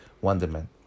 wonderment